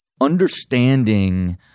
understanding